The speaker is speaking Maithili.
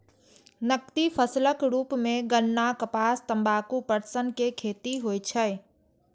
नकदी फसलक रूप मे गन्ना, कपास, तंबाकू, पटसन के खेती होइ छै